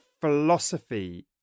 philosophy